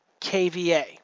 kVA